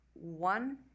one